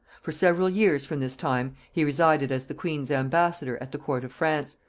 for several years from this time he resided as the queen's ambassador at the court of france,